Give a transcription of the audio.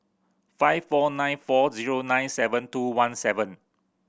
five four nine four zero nine seven two one seven